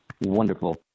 wonderful